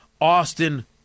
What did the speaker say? Austin